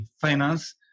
finance